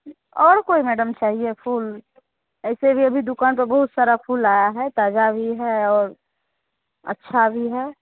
और कोई मैडम चाहिए फूल ऐसे भी अभी दुकान पर बहुत सारा फूल आया है ताजा अभी है अच्छा भी है